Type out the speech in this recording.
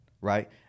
right